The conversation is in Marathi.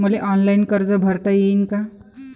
मले ऑनलाईन कर्ज भरता येईन का?